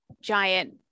giant